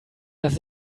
dass